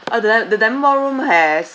uh the dia~ the diamond ballroom has